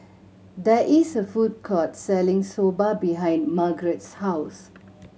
there is a food court selling Soba behind Margarett's house